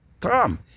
Tom